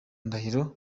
ndahiro